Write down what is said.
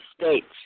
states